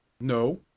no